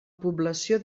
població